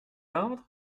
ordre